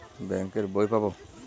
Bank এর বই পাবো?